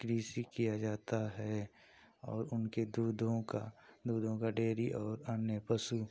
कृषि किया जाता है और उनके दूधों का दूधों का डेयरी और अन्य पशु